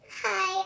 Hi